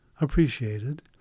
appreciated